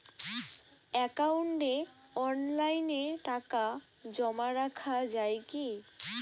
একাউন্টে অনলাইনে টাকা জমা রাখা য়ায় কি?